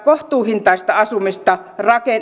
kohtuuhintaista asumista